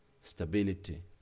stability